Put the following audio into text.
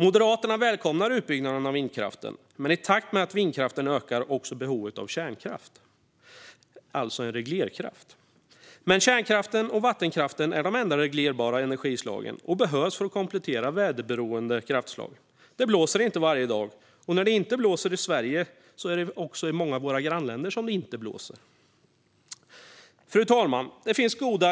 Moderaterna välkomnar utbyggnaden av vindkraften, men i takt med att vindkraften ökar ökar också behovet av kärnkraft, alltså en reglerkraft. Kärnkraften och vattenkraften är de enda reglerbara energislagen, och de behövs för att komplettera väderberoende kraftslag. Det blåser inte varje dag, och när det inte blåser i Sverige blåser det inte heller i många av våra grannländer. Fru talman! Det finns få goda